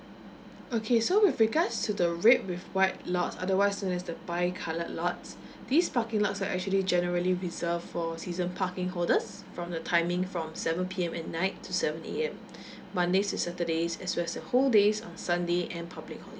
okay so with regards to the red with white lots otherwise known as the bi colour lots this parking lots are actually generally reserve for season parking holders from the timing from seven P_M at night to seven A_M mondays to saturdays as well as a whole days on sunday and public holiday